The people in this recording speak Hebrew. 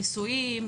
נישואין,